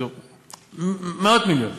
מאות מיליונים